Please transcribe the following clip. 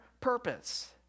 purpose